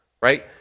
right